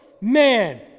man